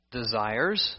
desires